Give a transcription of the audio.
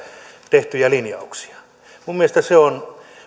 tehtyjä linjauksia minun mielestäni on